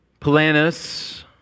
Polanus